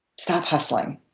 stop hustling.